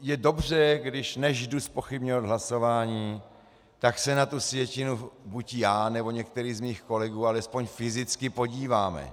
Je dobře, když než jdu zpochybňovat hlasování, tak se na tu sjetinu buď já, nebo některý z mých kolegů alespoň fyzicky podíváme.